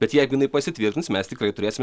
bet jeigu jinai pasitvirtins mes tikrai turėsim